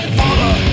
father